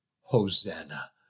Hosanna